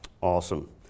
Awesome